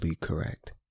correct